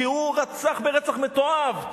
כי הוא רצח רצח מתועב,